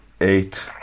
eight